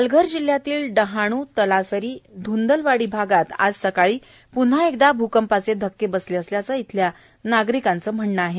पालघर जिल्ह्यातल्या डहाणु तलासरी धंदलवाडी भागांत आज सकाळी पृन्हा भुकंपाचे धक्के बसले असल्याचं इथल्या नागरिकांचं म्हणणं आहे